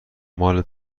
مال